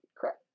Correct